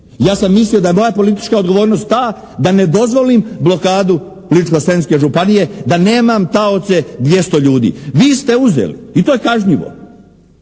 Ja sam mislio da je moja politička odgovornost ta da ne dozvolim blokadu Ličko-senjske županije, da nemam taoce 200 ljudi. Vi ste uzeli. I to je kažnjivo.